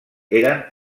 eren